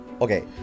Okay